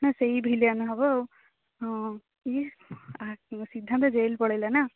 ନା ସେଇ ଭିଲିଆନ୍ ହବ ଆଉ ହଁ ଇଏ ସିଧାନ୍ତ ଜେଲ୍ ପଳେଇଲା ନା